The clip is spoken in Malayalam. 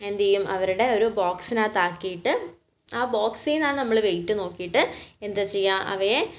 എന്തെയ്യും അവരുടെ ഒരു ബോക്സിനകത്ത് ആക്കിട്ട് ആ ബോക്സിന്നാണ് നമ്മൾ വെയിറ്റ് നോക്കിയിട്ട് എന്താ ചെയ്യുക അവയെ